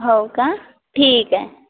हो का ठीक आहे